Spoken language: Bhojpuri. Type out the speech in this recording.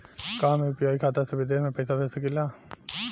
का हम यू.पी.आई खाता से विदेश म पईसा भेज सकिला?